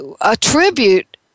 attribute